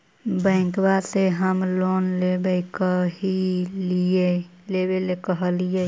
बैंकवा से हम लोन लेवेल कहलिऐ?